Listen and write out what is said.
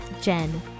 Jen